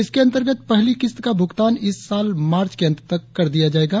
इसके अंतर्गत पहली किस्त का भुगतान इस साल माएच के अंत तक कर दिया जाएगा